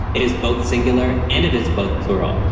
it is both singular and it is both plural.